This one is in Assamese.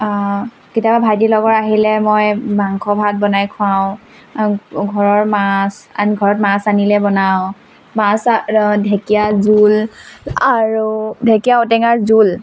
কেতিয়াবা ভাইটিৰ লগৰ আহিলে মই মাংস ভাত বনাই খুৱাওঁ ঘৰৰ মাছ আন ঘৰত মাছ আনিলে বনাওঁ মাছ ঢেকীয়াৰ জোল আৰু ঢেকীয়া ঔটেঙাৰ জোল